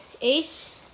Ace